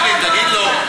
וקנין, תגיד לו.